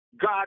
God